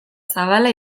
zabala